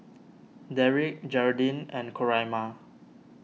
Derik Jeraldine and Coraima